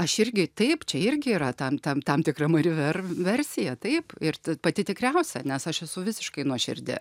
aš irgi taip čia irgi yra tam tam tam tikra mari ver versija taip ir pati tikriausia nes aš esu visiškai nuoširdi